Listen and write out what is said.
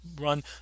run